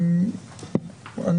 צוהריים טובים.